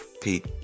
Pete